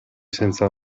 senza